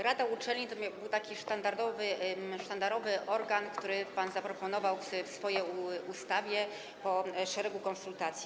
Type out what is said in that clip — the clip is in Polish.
Rada uczelni to był taki sztandarowy organ, który pan zaproponował w swojej ustawie po szeregu konsultacji.